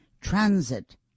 Transit